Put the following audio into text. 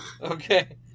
Okay